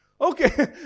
Okay